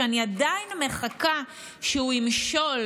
שאני עדיין מחכה שהוא ימשול,